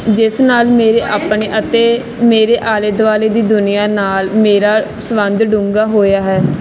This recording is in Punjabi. ਜਿਸ ਨਾਲ ਮੇਰੇ ਆਪਣੇ ਅਤੇ ਮੇਰੇ ਆਲੇ ਦੁਆਲੇ ਦੀ ਦੁਨੀਆ ਨਾਲ ਮੇਰਾ ਸਬੰਧ ਡੂੰਘਾ ਹੋਇਆ ਹੈ